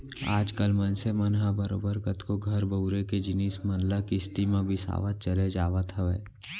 आज कल मनसे मन ह बरोबर कतको घर बउरे के जिनिस मन ल किस्ती म बिसावत चले जावत हवय